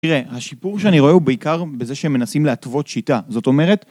תראה, השיפור שאני רואה הוא בעיקר בזה שהם מנסים להתוות שיטה, זאת אומרת...